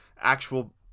actual